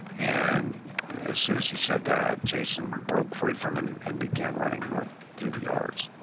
and as soon as he said that, jason broke free from him and began running north through the yards.